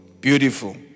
Beautiful